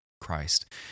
Christ